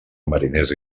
mariners